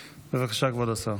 בבקשה, כבוד השר.